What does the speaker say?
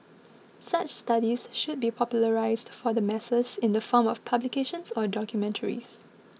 such studies should be popularised for the masses in the form of publications or documentaries